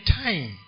time